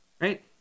right